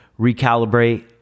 recalibrate